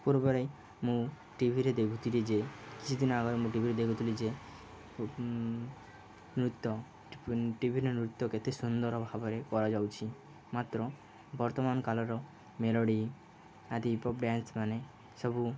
ପୂର୍ବରେ ମୁଁ ଟିଭିରେ ଦେଖୁଥିଲି ଯେ କିଛିଦିନ ଆଗରୁ ମୁଁ ଟିଭିରେ ଦେଖୁଥିଲି ଯେ ନୃତ୍ୟ ଟିଭିରେ ନୃତ୍ୟ କେତେ ସୁନ୍ଦର ଭାବରେ କରାଯାଉଛି ମାତ୍ର ବର୍ତ୍ତମାନ କାଳର ମେଲୋଡ଼ି ଆଦି ହିପ୍ଅପ୍ ଡ଼୍ୟାନ୍ସମାନେ ସବୁ